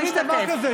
משתתף.